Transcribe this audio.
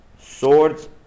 Swords